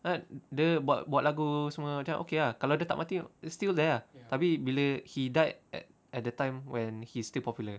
dia buat buat lagu semua macam okay lah kalau dia tak mati it's still there ah tapi bila he died at at the time when he's still popular